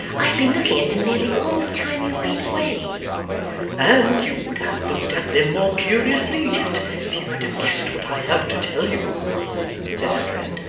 i have been looking at them nearly all the time you have been away and you would have looked at them more curiously yet, if you could have guessed what i have to tell you said her friend.